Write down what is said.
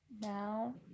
Now